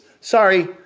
Sorry